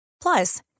Plus